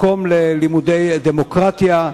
מקום ללימודי דמוקרטיה,